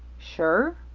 sure?